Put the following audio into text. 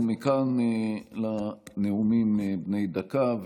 ומכאן לנאומים בני דקה.